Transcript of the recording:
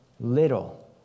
little